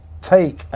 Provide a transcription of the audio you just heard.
take